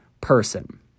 person